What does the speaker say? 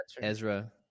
Ezra